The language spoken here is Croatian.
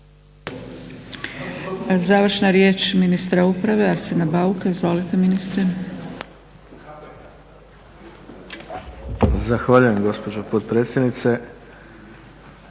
Završna riječ ministra uprave, Arsena Bauk. Izvolite ministre. **Bauk, Arsen (SDP)** Zahvaljujem gospođo potpredsjednice.